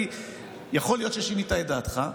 כי יכול להיות ששינית את דעתך.